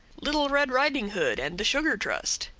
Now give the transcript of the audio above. little red riding hood and the sugar trust,